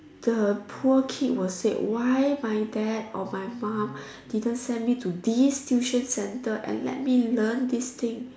the poor kid will say why my dad or my mum didn't send me to this tuition centre and let me learn these things